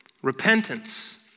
Repentance